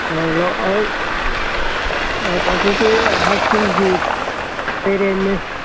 hello hello ꯑꯩ ꯀꯥꯡꯄꯣꯛꯄꯤ ꯍꯥꯏ ꯁ꯭ꯀꯨꯜꯒꯤ ꯄꯦꯔꯦꯟꯅꯦ